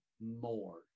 more